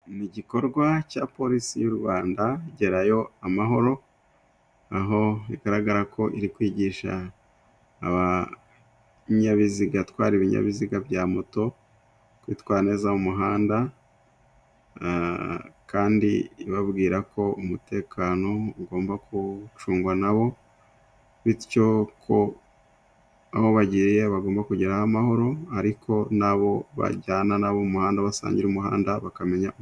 Ni igikorwa cya polisi y'u Rwanda "gerayo amahoro", aho bigaragara ko iri kwigisha abanyabiziga, abatwara ibinyabiziga bya moto kwitwara neza mu muhanda kandi ibabwira ko umutekano ugomba gucungwa na bo bityo ko aho bagiye bagomba kugerayo amahoro ariko n'abo bajyana na bo muhanda, basangira umuhanda bakamenya ...